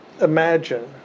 imagine